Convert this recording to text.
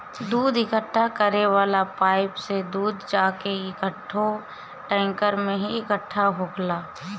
दूध इकट्ठा करे वाला पाइप से दूध जाके एकठो टैंकर में इकट्ठा होखेला